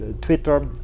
Twitter